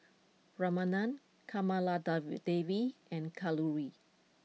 Ramanand Kamaladevi David and Kalluri